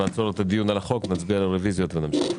נעצור את הדיון על החוק ונצביע על הרוויזיות ונמשיך.